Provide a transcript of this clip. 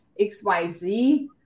xyz